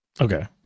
Okay